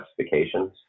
specifications